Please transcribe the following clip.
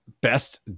best